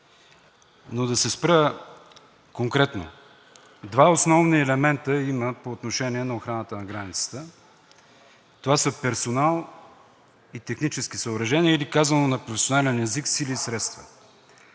Да се спра конкретно. Два основни елемента има по отношение на охраната на границата – това са персоналът и техническите съоръжения, или казано на професионален език сили и средства.